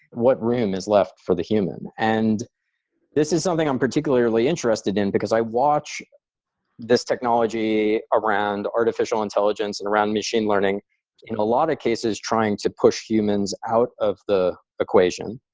what room is left for the human? and this is something i'm particularly interested in because i watch this technology around artificial intelligence and around machine learning in a lot of cases trying to push humans out of the equation.